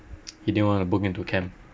he didn't want to book into camp